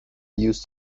used